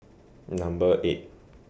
Number eight